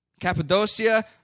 Cappadocia